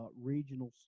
regional